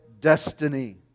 destiny